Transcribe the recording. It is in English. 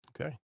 Okay